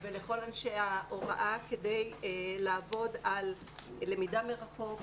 ולכל אנשי ההוראה כדי לעבוד על למידה מרחוק,